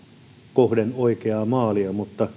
kohden oikeaa maalia